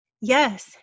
Yes